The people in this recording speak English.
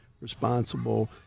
responsible